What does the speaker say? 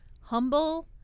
humble